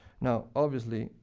now, obviously,